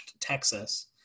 texas